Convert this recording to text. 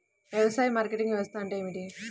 వ్యవసాయ మార్కెటింగ్ వ్యవస్థ అంటే ఏమిటి?